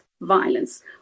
violence